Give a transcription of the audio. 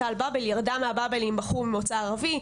ירדה מהבאבל עם בחור ממוצא ערבי.